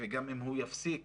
וגם אם הוא יפסיק